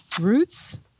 Roots